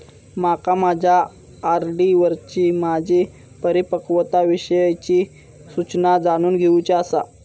माका माझ्या आर.डी वरची माझी परिपक्वता विषयची सूचना जाणून घेवुची आसा